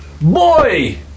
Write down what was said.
Boy